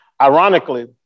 Ironically